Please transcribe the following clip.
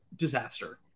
Disaster